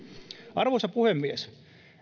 arvoisa puhemies